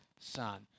son